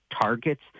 targets